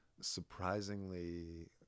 surprisingly